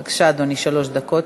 בבקשה, אדוני, שלוש דקות.